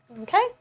Okay